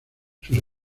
sus